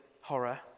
horror